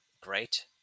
great